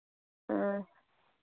हां